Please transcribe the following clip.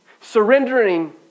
surrendering